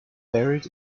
buried